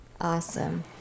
Awesome